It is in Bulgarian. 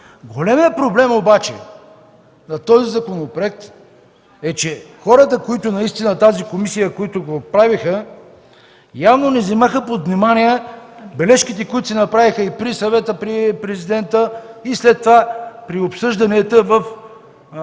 Големият проблем обаче на този законопроект е, че хората в тази комисия, които го правиха, явно не взеха под внимание бележките, които се направиха и при Съвета при Президента, и след това при обсъжданията в Академията